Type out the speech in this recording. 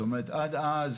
זאת אומרת, עד אז